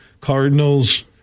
Cardinals